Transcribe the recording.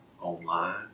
online